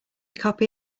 copy